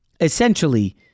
essentially